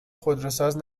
خودروساز